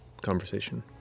conversation